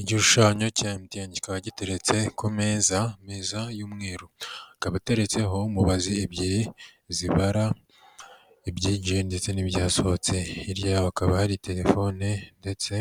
Igishushanyo cya MTN kikaba giteretse ku meza, ameza y'umweru akaba ateretseho mubazi ebyiri zibara ibyinjiye ndetse n'ibyasohotse, hirya yaho hakaba hari telefone ndetse